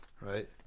Right